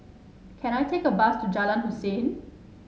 can I take a bus to Jalan Hussein